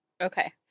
Okay